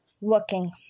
working